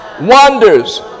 wonders